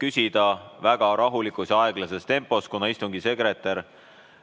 küsida väga rahulikus ja aeglases tempos, kuna istungi sekretär